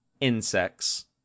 insects